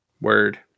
Word